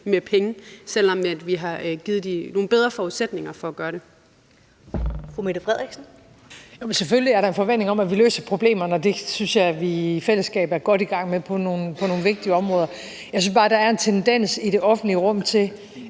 (Karen Ellemann): Fru Mette Frederiksen. Kl. 15:15 Mette Frederiksen (S): Selvfølgelig er der en forventning om, at vi løser problemerne, og det synes jeg vi i fællesskab er godt i gang med på nogle vigtige områder. Jeg synes bare, der er en tendens til, at når der er